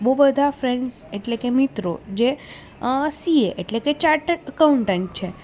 બહુ બધા ફ્રેન્ડ્સ એટલેકે મિત્રો જે સીએ એટલે કે ચાર્ટડ એકાઉન્ટન્ટ છે